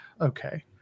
okay